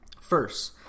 First